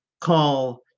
call